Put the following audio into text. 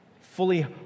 fully